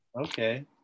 Okay